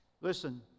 listen